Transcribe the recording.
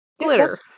glitter